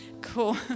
Cool